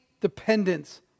dependence